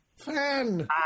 Fan